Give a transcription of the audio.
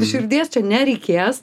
širdies čia nereikės